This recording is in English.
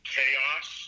Chaos